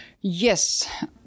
Yes